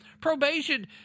Probation